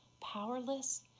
powerless